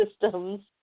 systems